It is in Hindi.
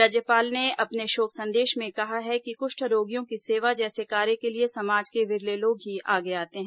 राज्यपाल ने अपने शोक संदेश में कहा है कि कुष्ठ रोगियों की सेवा जैसे कार्य के लिए समाज के विरले लोग ही आगे आते हैं